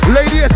Lady